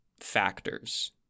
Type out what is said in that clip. factors